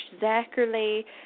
Zachary